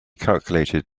calculated